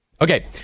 Okay